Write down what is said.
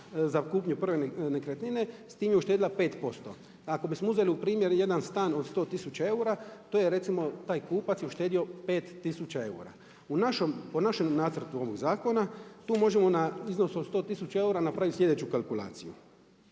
za kupnju prve nekretnine s tim je uštedjela 5%. Ako bismo uzeli u primjer jedan stan od 100 tisuća eura to je recimo, taj kupac je uštedio 5 tisuća eura. U našem, po našem nacrtu ovog zakona tu možemo na iznosu od 100 tisuća eura napraviti slijedeću kalkulaciju.